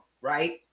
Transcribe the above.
right